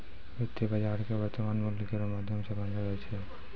वित्तीय बाजार क वर्तमान मूल्य केरो माध्यम सें बनैलो जाय छै